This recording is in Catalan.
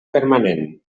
permanent